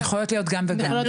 הן יכולות להיות גם וגם.